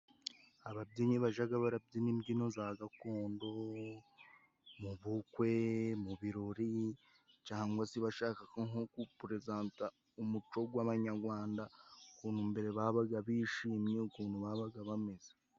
Ababyinyi bajaga barabyina imbyino za gakondo mu bukwe mu birori, cangwa se bashaka ngo gupurezanda umuco gw'abanyarwanda ukuntu mbere babaga bishimye ukuntu babaga bameze.